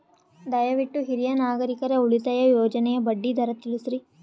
ದಯವಿಟ್ಟು ಹಿರಿಯ ನಾಗರಿಕರ ಉಳಿತಾಯ ಯೋಜನೆಯ ಬಡ್ಡಿ ದರ ತಿಳಸ್ರಿ